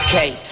Okay